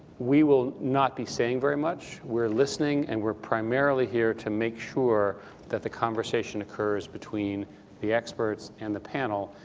we will not be saying very much. we're listening and we're primarily here to make sure that the conversation occurs between the experts and the panel.